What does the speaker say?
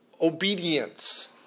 Obedience